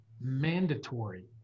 mandatory